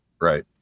Right